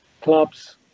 clubs